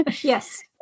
Yes